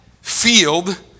field